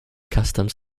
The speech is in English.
customs